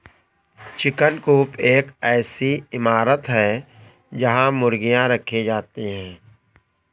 chicken coop एक ऐसी इमारत है जहां मुर्गियां रखी जाती हैं